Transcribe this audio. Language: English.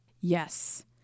Yes